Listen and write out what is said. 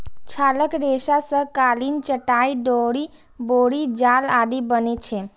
छालक रेशा सं कालीन, चटाइ, डोरि, बोरी जाल आदि बनै छै